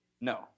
no